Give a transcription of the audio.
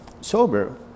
sober